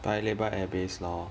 paya lebar air base lor